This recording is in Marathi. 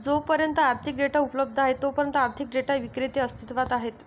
जोपर्यंत आर्थिक डेटा उपलब्ध आहे तोपर्यंत आर्थिक डेटा विक्रेते अस्तित्वात आहेत